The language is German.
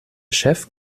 chef